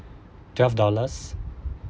twelve dollars